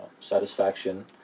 satisfaction